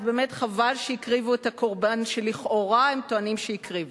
אז חבל שהקריבו את הקורבן שלכאורה הם טוענים שהקריבו.